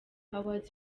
awards